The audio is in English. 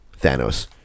Thanos